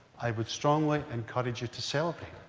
i would strongly encourage you to celebrate.